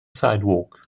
sidewalk